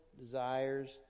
desires